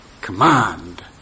command